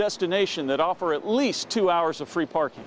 destination that offer at least two hours of free parking